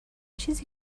چیزی